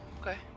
Okay